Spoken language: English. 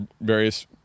various